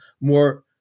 more